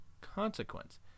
consequence